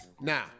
Now